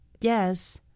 Yes